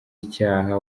icyaha